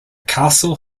castle